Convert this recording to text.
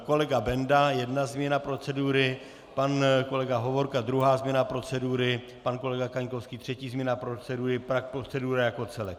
Kolega Benda jedna změna procedury, pan kolega Hovorka druhá změna procedury, pan kolega Kaňkovský třetí změna procedury, pak procedura jako celek.